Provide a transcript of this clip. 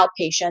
outpatient